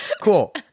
Cool